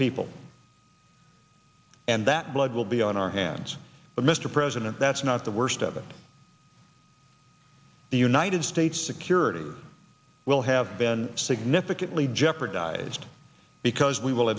people and that blood will be on our hands but mr president that's not the worst of it the united states security will have been significantly jeopardized because we will